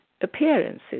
appearances